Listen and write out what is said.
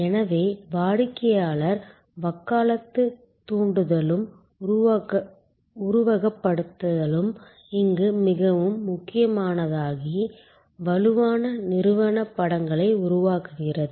எனவே வாடிக்கையாளர் வக்காலத்து தூண்டுதலும் உருவகப்படுத்துதலும் இங்கு மிகவும் முக்கியமானதாகி வலுவான நிறுவனப் படங்களை உருவாக்குகிறது